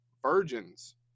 virgins